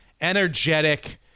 energetic